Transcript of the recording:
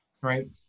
right